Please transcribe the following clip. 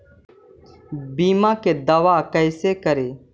बीमा के दावा कैसे करी?